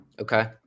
Okay